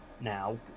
now